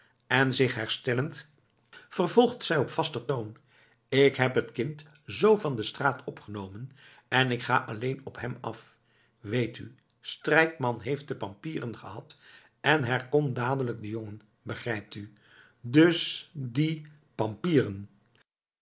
en zich herstellend vervolgt zij op vaster toon k heb t kind zoo van de straat opgenomen en ik ga alleen op hem af weet u strijkman heeft de pampieren gehad en herkon dadelijk den jongen begrijpt u dus die pampieren